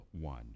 one